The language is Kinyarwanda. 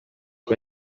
uko